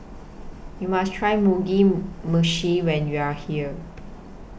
YOU must Try Mugi Meshi when YOU Are here